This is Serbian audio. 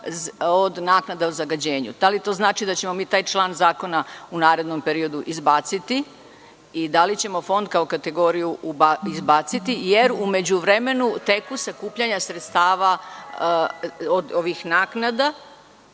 od naknada od zagađenja. Da li to znači da ćemo taj član zakona u narednom periodu izbaciti i da li ćemo fond kao kategoriju izbaciti, jer u međuvremenu teku sakupljanja sredstava od ovih naknada